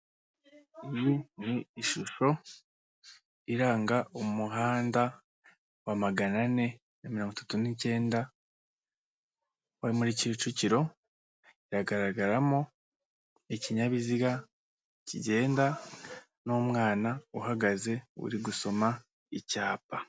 Iyi ni ishusho iranga umuhanda wa maganane na mirongo itatu n'icyenda uri muri Kicukiro, iragaragaramo ikinyabiziga kigenda n'umwana uhagaze uri gusoma icyapa.